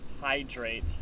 Hydrate